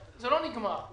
זה לא נגמר.